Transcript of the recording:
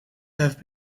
have